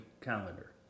calendar